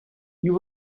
you